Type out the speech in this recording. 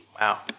Wow